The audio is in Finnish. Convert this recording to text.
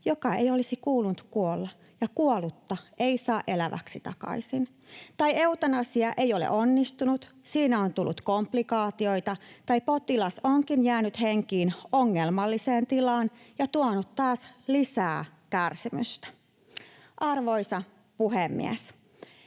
jonka ei olisi kuulunut kuolla, ja kuollutta ei saa eläväksi takaisin, tai eutanasia ei ole onnistunut, siinä on tullut komplikaatioita, tai potilas onkin jäänyt henkiin ongelmalliseen tilaan ja se on tuonut taas lisää kärsimystä. Arvoisa puhemies!